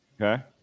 Okay